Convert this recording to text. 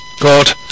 God